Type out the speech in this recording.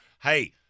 hey